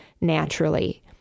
naturally